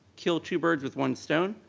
kill two birds with one stone,